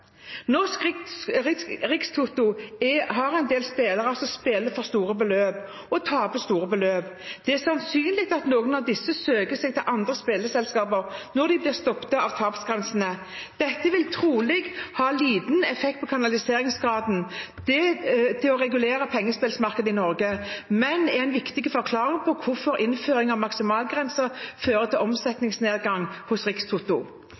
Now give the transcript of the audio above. Rikstoto har en del spillere som spiller for store beløp – og taper store beløp. Det er sannsynlig at noen av disse søker seg til andre spillselskaper når de blir stoppet av tapsgrensene. Dette vil trolig ha liten effekt på kanaliseringsgraden til det regulerte pengespillmarkedet i Norge, men er en viktig forklaring på hvorfor innføring av maksimalgrenser fører til omsetningsnedgang hos Rikstoto.